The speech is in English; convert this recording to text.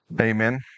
Amen